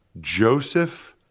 Joseph